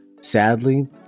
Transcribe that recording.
Sadly